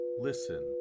listen